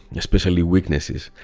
especially weaknesses.